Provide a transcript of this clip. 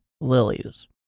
lilies